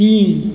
तीन